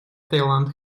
таиланд